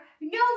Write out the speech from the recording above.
no